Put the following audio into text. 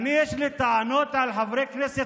אני לא מתפלא עליכם,